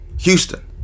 Houston